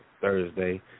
Thursday